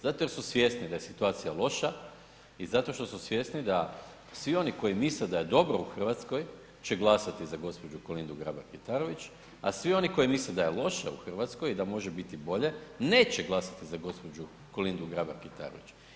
Zato jer su svjesni da je situacija loša i zato što su svjesni da svi oni koji misle da je dobro u Hrvatskoj će glasati za gđu. Kolindu Grabar-Kitarović a svi oni koji misle da je loše u Hrvatskoj i da može biti bolje, neće glasati za gđu. Kolindu Grabar-Kitarović.